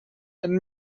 and